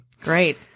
Great